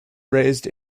raised